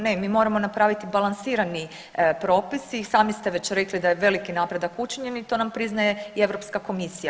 Ne, mi moramo napraviti balansirani propis i sami ste već rekli da je veliki napredak učinjen i to nam priznaje i Europska komisija.